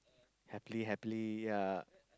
happily happily yeah